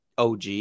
OG